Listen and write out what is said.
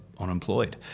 unemployed